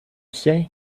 say